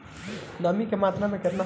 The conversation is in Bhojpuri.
नमी के मात्रा केतना होखे?